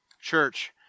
Church